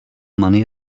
money